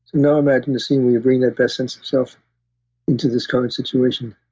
now imagine the scene, where you're bringing that best sense of self into this current situation